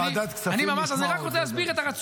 בוועדת כספים נשמע עוד --- אז אני רק רוצה להסביר את הרציונל.